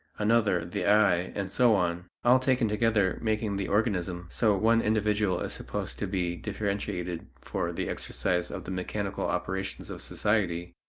another, the eye, and so on, all taken together making the organism, so one individual is supposed to be differentiated for the exercise of the mechanical operations of society,